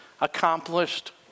accomplished